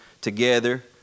together